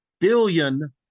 billion